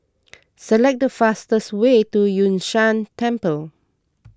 select the fastest way to Yun Shan Temple